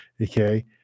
okay